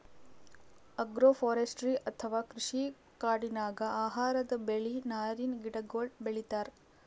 agroforestry ಅಥವಾ ಕೃಷಿ ಕಾಡಿನಾಗ್ ಆಹಾರದ್ ಬೆಳಿ, ನಾರಿನ್ ಗಿಡಗೋಳು ಬೆಳಿತಾರ್